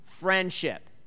friendship